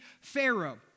Pharaoh